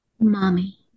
Mommy